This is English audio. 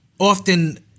often